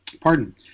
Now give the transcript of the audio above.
pardon